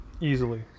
Easily